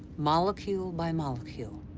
molecule by molecule,